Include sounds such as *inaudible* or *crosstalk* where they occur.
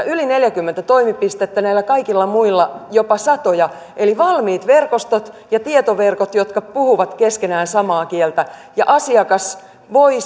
*unintelligible* yli neljäkymmentä toimintapistettä näillä kaikilla muilla jopa satoja eli valmiit verkostot ja tietoverkot jotka puhuvat keskenään samaa kieltä ja asiakas voi *unintelligible*